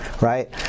right